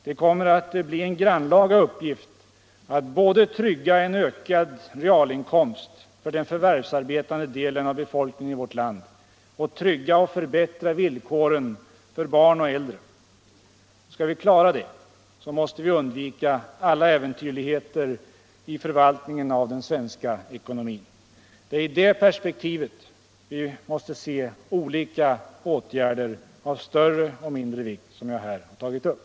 Det kommer att bli en grannlaga uppgift att både trygga en ökad realinkomst för den förvärvsarbetande delen av befolkningen i vårt land och trygga och förbättra villkoren för barn och äldre. Skall vi klara det måste vi undvika alla äventyrligheter i förvaltningen av den svenska ekonomin. Det är i det perspektivet vi måste se de olika åtgärder av större och mindre vikt som jag här har tagit upp.